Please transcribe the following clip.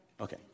Okay